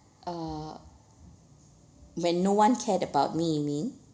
uh when no one cared about me you mean